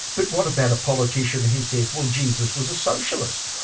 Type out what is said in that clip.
but what about a politician who says, well jesus was a socialist?